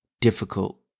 difficult